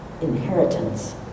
inheritance